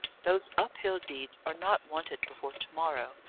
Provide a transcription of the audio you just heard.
those uphill deeds are not wanted before to-morrow.